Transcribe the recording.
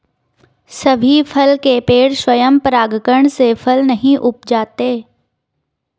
सभी फल के पेड़ स्वयं परागण से फल नहीं उपजाते